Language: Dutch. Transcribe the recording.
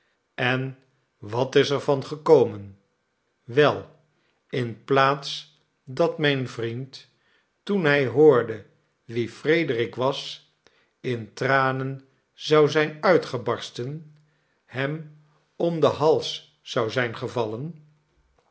en wat is er van gekomen wel in plaats dat mijn vriend toen hij hoorde wie frederik was in tranen zou zijn i uitgebarsten hem om den hals zou zijn gevallen